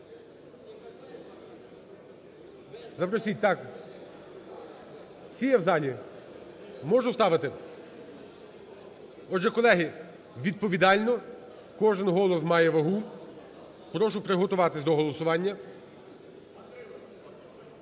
Запросіть. Так, всі є в залі? Можу ставити? Отже, колеги, відповідально, кожен голос має вагу, прошу приготуватися до голосування.